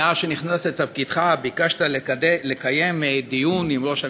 מאז נכנסת לתפקידך ביקשת לקיים דיון עם ראש הממשלה,